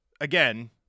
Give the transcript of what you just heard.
again